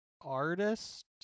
artist